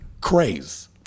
Craze